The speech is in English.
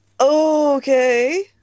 Okay